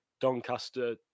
Doncaster